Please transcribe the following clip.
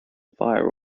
fire